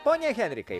pone henrikai